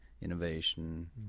innovation